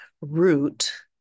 Root